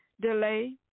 delay